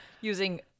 using